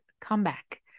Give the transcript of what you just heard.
comeback